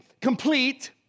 complete